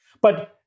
But-